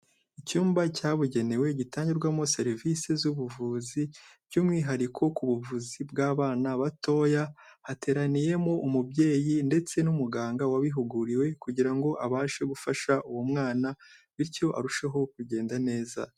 Icyumba cyabugenewe gitangirwamo serivise z'ubuvuzi by'umwihariko ku buvuzi bw'abana batoya, hateraniyemo umubyeyi ndetse n'umuganga wabihuguriwe kugira ngo abashe gufasha uwo mwana bityo arusheho kugenda neza.